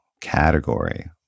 category